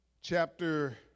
Chapter